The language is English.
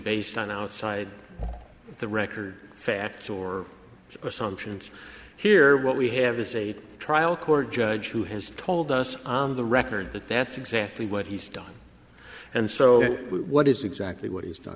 based on outside the record facts or assumptions here what we have is a trial court judge who has told us on the record but that's exactly what he's done and so what is exactly what he's done